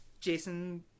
Jason